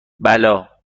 بلا